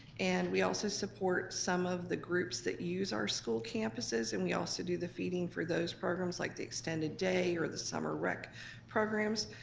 and we also support some of the groups that use our school campuses, and we also do the feeding for those programs like the extended day or the summer rec programs.